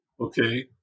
okay